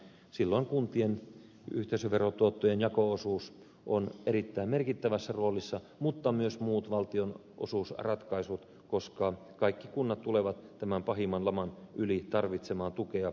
silloin kuntien yhteisöverotuottojen jako osuus on erittäin merkittävässä roolissa mutta myös muut valtionosuusratkaisut koska kaikki kunnat tulevat tämän pahimman laman yli tarvitsemaan tukea